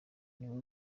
niwe